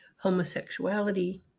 homosexuality